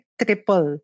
triple